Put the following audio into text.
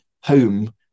home